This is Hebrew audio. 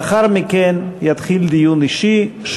לאחר מכן יתחיל דיון אישי,